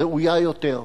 ראויה יותר.